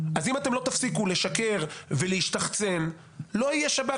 אז אם לא תפסיקו לשקר ולהשתחצן לא יהיה שב"כ